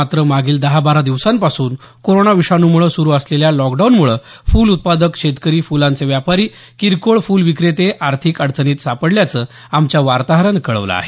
मात्र मागील दहा बारा दिवसांपासून कोरोना विषाणूमुळे सुरु असलेल्या लॉकडाऊनमुळे फुल उत्पादक शेतकरी फुलांचे व्यापारी किरकोळ फुल विक्रेते आर्थिक अडचणीत सापडल्याच आमच्या वातोहरान कळवल आहे